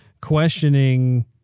questioning